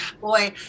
Boy